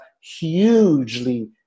hugely